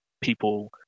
people